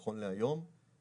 נכון להיום,